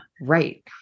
Right